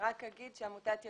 רק אגיד שעמותת "ידיד"